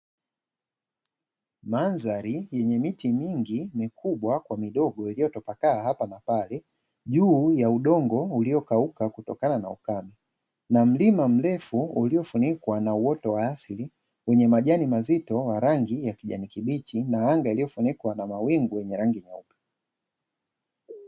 Mandhari yenye miti mingi mikubwa kwa midogo iliyotapakaa hapa na pale juu ya udongo uliokauka kutokana na ukame. Na mlima mrefu ukiofunikwa na uoto wa asili wenye majani mazito ya rangi ya kijani kibichi, na anga lililofunikwa na mawingu yenye rangi nyeupe.